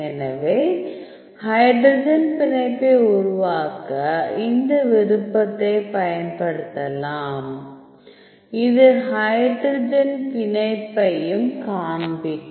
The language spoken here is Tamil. எனவே ஹைட்ரஜன் பிணைப்பை உருவாக்க இந்த விருப்பத்தை பயன்படுத்தலாம் இது ஹைட்ரஜன் பிணைப்பையும் காண்பிக்கும்